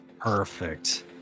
Perfect